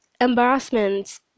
embarrassment